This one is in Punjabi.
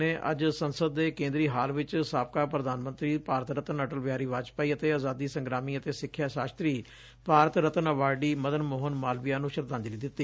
ਪ੍ਰਧਾਨ ਮੰਤਰੀ ਨਰੇਂਦਰ ਮੋਦੀ ਨੇ ਅੱਜ ਸੰਸਦ ਦੇ ਕੇਂਦਰੀ ਹਾਲ ਵਿਚ ਸਾਬਕਾ ਪ੍ਰਧਾਨ ਮੰਤਰੀ ਭਾਰਤ ਰਤਨ ਅਟਲ ਬਿਹਾਰੀ ਵਾਜਪਾਈ ਅਤੇ ਆਜਾਦੀ ਸੰਗਰਾਮੀ ਅਤੇ ਸਿਖਿਆ ਸ਼ਾਸ਼ਤਰੀ ਭਾਰਤ ਰਤਨ ਅਵਾਰਡੀ ਮਦਨ ਮੋਹਨ ਮਾਲਵੀਆ ਨੂੰ ਸ਼ਰਧਾਜਲੀ ਦਿੱਡੀ